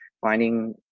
finding